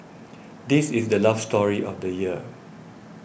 this is the love story of the year